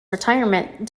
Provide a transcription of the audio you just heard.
retirement